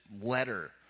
letter